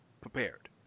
prepared